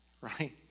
right